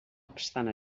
obstant